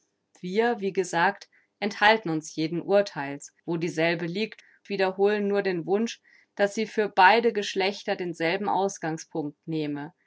wir wie gesagt enthalten uns jeden urtheils wo dieselbe liegt wiederholen nur den wunsch daß sie für beide geschlechter denselben ausgangspunct nehme